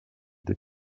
des